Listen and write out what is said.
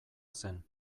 zen